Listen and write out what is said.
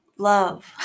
love